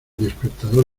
despertador